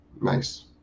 Nice